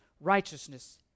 righteousness